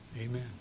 Amen